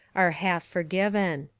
are half forgiven.